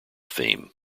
theme